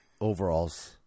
overalls